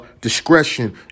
discretion